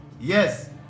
Yes